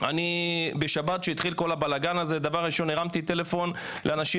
בשבת כשהתחיל כל הבלגן הרמתי טלפון לאנשים